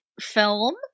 film